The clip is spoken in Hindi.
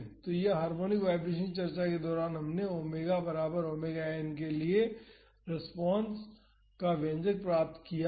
तो हार्मोनिक वाईब्रेशन की चर्चा के दौरान हमने ओमेगा बराबर ओमेगा n के लिए रेस्पॉन्स का व्यंजक प्राप्त किया था